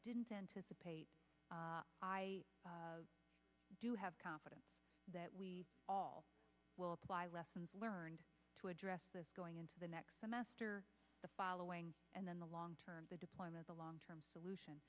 didn't anticipate i do have confidence that we all will apply lessons learned to address those going into the next semester the following and then the long term the deployment the long term solution